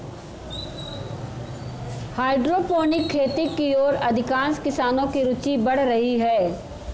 hydroponic खेती की ओर अधिकांश किसानों की रूचि बढ़ रही है